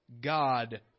God